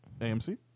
AMC